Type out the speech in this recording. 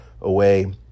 away